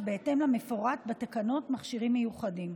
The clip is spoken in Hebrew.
למפורט בתקנות מכשירים מיוחדים.